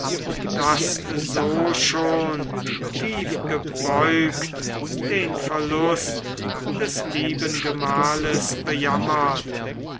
das so schon tiefgebeugt den verlust des lieben gemahles bejammert